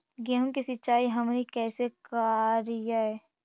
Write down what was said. गेहूं के सिंचाई हमनि कैसे कारियय?